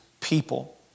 people